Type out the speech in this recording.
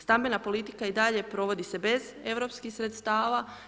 Stambena politika i dalje provodi se bez europskih sredstava.